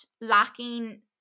lacking